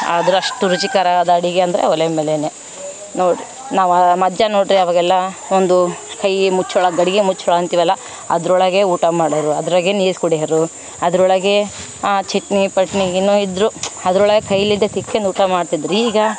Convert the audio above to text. ಆದರು ಅಷ್ಟು ರುಚಿಕರಾದ ಅಡಿಗೆ ಅಂದರೆ ಒಲೆ ಮೇಲೇ ನಾವು ನಾವು ಮಧ್ಯಾಹ್ನ ನೋಡ್ರಿ ಆವಾಗೆಲ್ಲ ಒಂದು ಕೈ ಮುಚ್ಚಳ ಗಡಿಗೆ ಮುಚ್ಚಳ ಅಂತೀವಲ್ಲ ಅದರೊಳಗೆ ಊಟ ಮಾಡೋರು ಅದ್ರಾಗೆ ನೀರು ಕುಡಿಯೋರು ಅದರೊಳಗೆ ಆ ಚಟ್ನಿ ಪಟ್ನಿ ಏನೇ ಇದ್ರು ಅದ್ರೊಳಗೆ ಕೈಲಿದಿದ್ದು ತಿಕ್ಕೆಂದು ಊಟ ಮಾಡ್ತಿದ್ರಿ ಈಗ